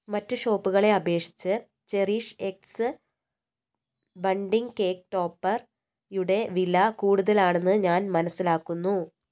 മറ്റ് ഷോപ്പുകളെ അപേക്ഷിച്ച് ചെറിഷ് എക്സ് ബണ്ടിംഗ് കേക്ക് ടോപ്പറുടെ വില കൂടുതലാണെന്ന് ഞാൻ മനസ്സിലാക്കുന്നു